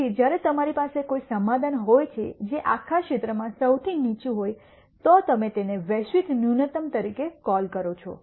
તેથી જ્યારે તમારી પાસે કોઈ સમાધાન હોય જે આખા ક્ષેત્રમાં સૌથી નીચું હોય તો તમે તેને વૈશ્વિક ન્યૂનતમ તરીકે કોલ કરો છો